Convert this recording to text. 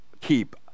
keep